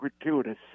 gratuitous